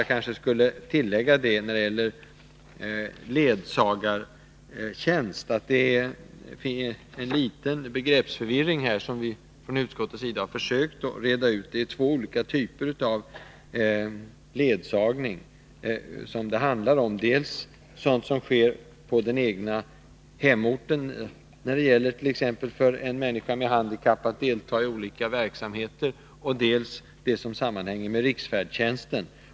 Jag kanske skall tillägga att när det gäller ledsagartjänst råder det en viss begreppsförvirring, som utskottet har försökt reda ut. Det handlar om två olika typer av ledsagning: dels sådan som sker på den egna hemorten, t.ex. när en människa med handikapp skall delta i olika verksamheter, dels sådan som sammanhänger med riksfärdtjänsten.